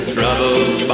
Troubles